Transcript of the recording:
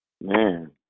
man